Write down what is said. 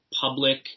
public